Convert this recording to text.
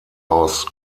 aus